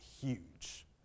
huge